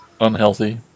unhealthy